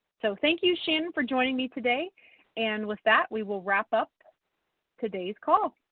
so thank you shannon for joining me today and with that, we will wrap up today's call.